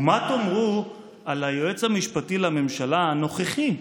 ומה תאמרו על היועץ המשפטי לממשלה הנוכחי,